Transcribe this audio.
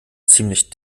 ziemlich